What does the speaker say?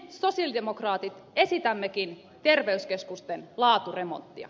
me sosialidemokraatit esitämmekin terveyskeskusten laaturemonttia